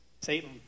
Satan